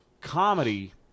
comedy